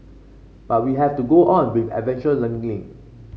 but we have to go on with adventure learning